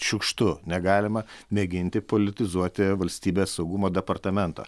šiukštu negalima mėginti politizuoti valstybės saugumo departamento